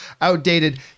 outdated